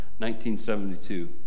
1972